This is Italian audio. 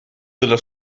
della